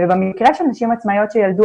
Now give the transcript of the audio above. במקרה של הנשים העצמאיות שילדו,